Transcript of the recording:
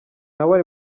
nawe